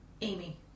Amy